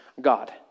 God